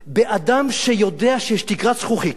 באדם שיודע שיש תקרת זכוכית.